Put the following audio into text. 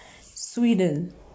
Sweden